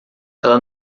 ela